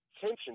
tension